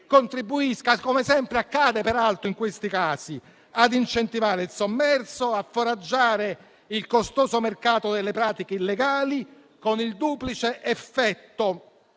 contribuisca - come sempre accade, peraltro, in questi casi - ad incentivare il sommerso, a foraggiare il costoso mercato delle pratiche illegali, con il duplice effetto